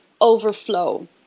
overflow